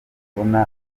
kubona